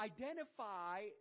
identify